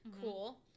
cool